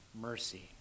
mercy